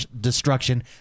destruction